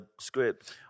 script